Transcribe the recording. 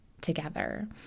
together